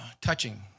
touching